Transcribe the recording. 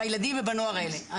בילדים ובנוער האלה.